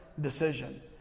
decision